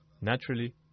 Naturally